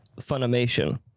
Funimation